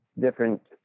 different